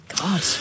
God